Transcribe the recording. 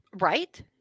Right